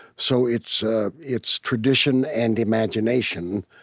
so it's ah it's tradition and imagination